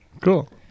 Cool